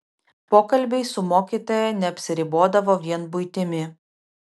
pokalbiai su mokytoja neapsiribodavo vien buitimi